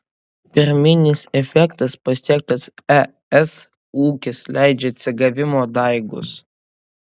pirminis efektas pasiektas es ūkis leidžia atsigavimo daigus